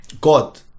God